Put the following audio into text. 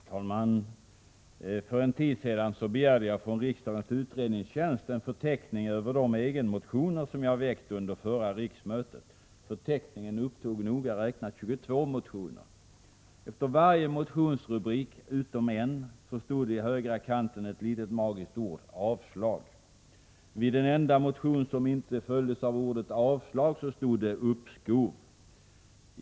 Herr talman! För en tid sedan begärde jag från riksdagens utredningstjänst en förteckning över de egenmotioner jag väckte under förra riksmötet. Förteckningen upptog noga räknat 22 motioner. Efter varje motionsrubrik — utom en — stod det i högra kanten ett litet magiskt ord: Avslag. Vid den enda övriga motionen stod det: Uppskov.